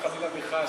חלילה וחס,